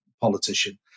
politician